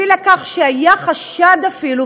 הביאו לכך שהיה חשד אפילו,